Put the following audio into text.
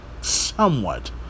Somewhat